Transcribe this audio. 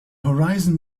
horizon